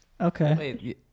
Okay